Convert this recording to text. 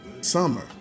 summer